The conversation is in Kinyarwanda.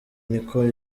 niko